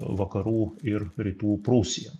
vakarų ir rytų prūsija